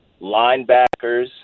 linebackers